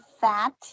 fat